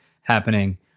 happening